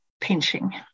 pinching